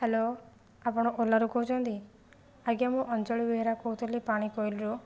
hello ଆପଣ ଓଲାରୁ କହୁଛନ୍ତି ଆଜ୍ଞା ମୁଁ ଅଞ୍ଜଳି ବେହେରା କହୁଥିଲି ପାଣିକୋଇଲିରୁ